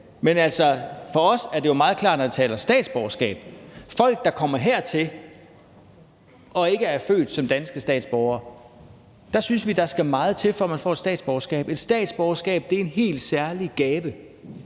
Men for os er det jo meget klart, når vi taler statsborgerskab til folk, der kommer hertil og ikke er født som danske statsborgere: Der synes vi, der skal meget til, før man får et statsborgerskab. Et statsborgerskab er en helt særlig gave.